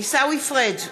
עיסאווי פריג'